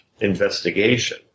investigation